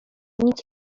nic